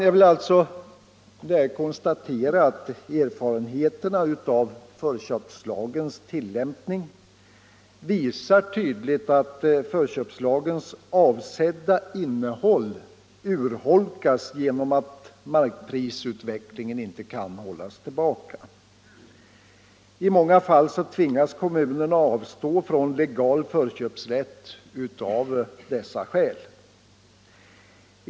Jag kan alltså konstatera att erfarenheterna av förköpslagens tillämpning tydligt visar att lagens avsedda innehåll urholkas genom att markprisutvecklingen inte kan hållas tillbaka. I många fall tvingas kommunerna att avstå från legal förköpsrätt av det skälet.